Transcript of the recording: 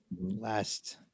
last